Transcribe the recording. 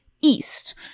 east